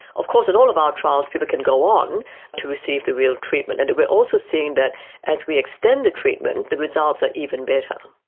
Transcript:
of course in all of our trials people can go on to receive the real treatment, and we are also seeing that as we extend the treatment the results are even better.